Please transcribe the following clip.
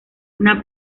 una